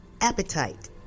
appetite